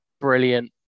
brilliant